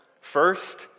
first